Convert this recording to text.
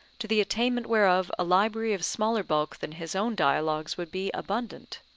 to the attainment whereof a library of smaller bulk than his own dialogues would be abundant.